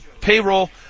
payroll